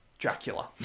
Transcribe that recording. Dracula